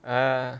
ah